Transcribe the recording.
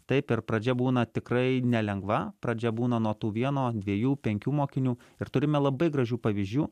taip ir pradžia būna tikrai nelengva pradžia būna nuo tų vieno dviejų penkių mokinių ir turime labai gražių pavyzdžių